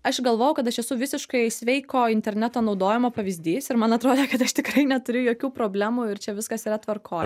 aš galvojau kad aš esu visiškai sveiko interneto naudojimo pavyzdys ir man atrodė kad aš tikrai neturiu jokių problemų ir čia viskas yra tvarkoj